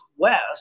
West